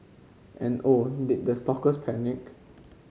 and oh did the stalkers panic